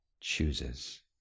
chooses